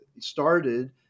started